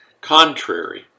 contrary